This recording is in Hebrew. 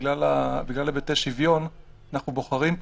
בגלל היבטי השוויון אנחנו בוחרים פה,